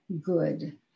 good